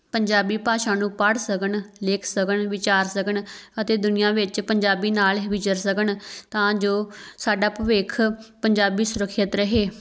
ਪੰਜਾਬੀ ਭਾਸ਼ਾ ਨੂੰ ਪੜ੍ਹ ਸਕਣ ਲਿਖ ਸਕਣ ਵਿਚਾਰ ਸਕਣ ਅਤੇ ਦੁਨੀਆਂ ਵਿੱਚ ਪੰਜਾਬੀ ਨਾਲ ਵਿਚਰ ਸਕਣ ਤਾਂ ਜੋ ਸਾਡਾ ਭਵਿੱਖ ਪੰਜਾਬੀ ਸੁਰੱਖਿਅਤ ਰਹੇ